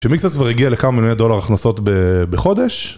שמיקסס כבר הגיע לכמה מיליון דולר הכנסות בחודש